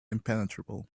impenetrable